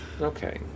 Okay